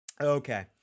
Okay